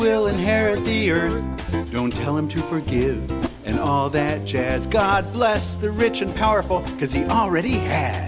will inherit the earth don't tell him to forgive and all that jazz god bless the rich and powerful because he already had